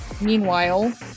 meanwhile